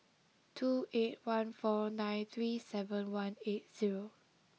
two eight one four nine three seven one eight zero